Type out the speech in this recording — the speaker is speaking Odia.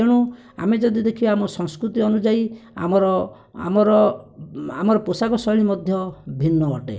ତେଣୁ ଆମେ ଯଦି ଦେଖିବା ଆମ ସଂସ୍କୃତି ଅନୁଯାୟୀ ଆମର ଆମର ଆମର ପୋଷାକ ଶୈଳୀ ମଧ୍ୟ ଭିନ୍ନ ଅଟେ